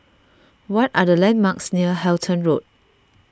what are the landmarks near Halton Road